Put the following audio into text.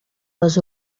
les